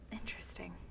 Interesting